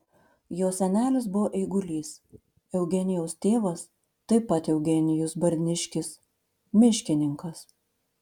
jo senelis buvo eigulys eugenijaus tėvas taip pat eugenijus barniškis miškininkas